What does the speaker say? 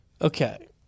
Okay